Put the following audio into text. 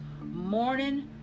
morning